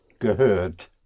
gehört